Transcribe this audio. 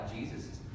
Jesus